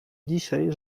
dzisiaj